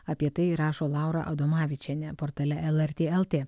apie tai rašo laura adomavičienė portale lrt lt